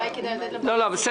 להתייחס.